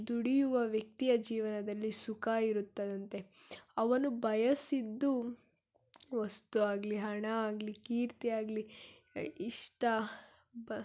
ದುಡಿಯುವ ವ್ಯಕ್ತಿಯ ಜೀವನದಲ್ಲಿ ಸುಖ ಇರುತ್ತದಂತೆ ಅವನು ಬಯಸಿದ್ದು ವಸ್ತು ಆಗಲಿ ಹಣ ಆಗಲಿ ಕೀರ್ತಿ ಆಗಲಿ ಇಷ್ಟ ಬ